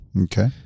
Okay